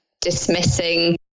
dismissing